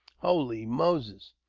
holy moses!